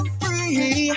free